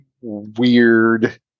weird